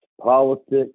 politics